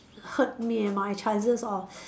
hurt me and my chances of